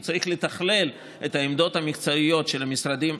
הוא צריך לתכלל את העמדות המקצועיות של המשרדים,